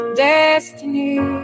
destiny